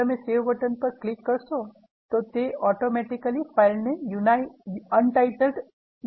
જો તમે save button પર ક્લિક કરશો તો તે ઓટોમેટીકલી ફાઇલને untitled x નામથી સેવ કરી લેશે